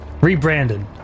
Rebranded